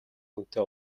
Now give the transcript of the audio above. хүнтэй